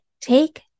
take